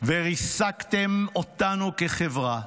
וריסקתם אותנו כחברה,